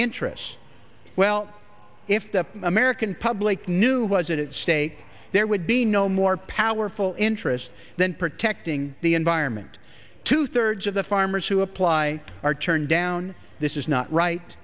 interests well if the american public knew was at stake there would be no more powerful interests than protecting the vironment two thirds of the farmers who apply are turned down this is not right